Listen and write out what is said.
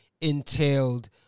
entailed